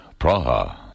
Praha